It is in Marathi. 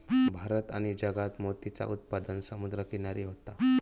भारत आणि जगात मोतीचा उत्पादन समुद्र किनारी होता